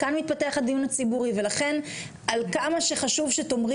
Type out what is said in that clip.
כאן מתפתח הדיון הציבורי ולכן חשוב שתאמרי